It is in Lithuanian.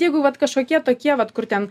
jeigu vat kažkokie tokie vat kur ten